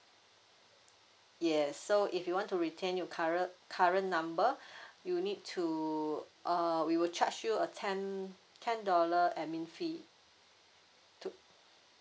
yes so if you want to retain your current current number you need to uh we will charge you a ten ten dollar admin fee to